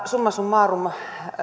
summa summarum